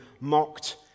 mocked